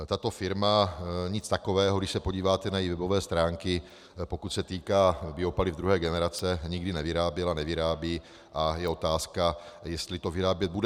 Tato firma nic takového, když se podíváte na její webové stránky, pokud se týká biopaliv druhé generace, nikdy nevyráběla, nevyrábí a je otázka, jestli to vyrábět bude.